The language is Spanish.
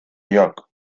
york